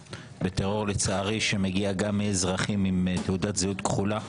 שלצערי מגיע גם מאזרחים עם תעודת זהות כחולה,